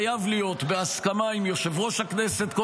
חייב להיות בהסכמה עם יושב-ראש הכנסת,